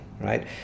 right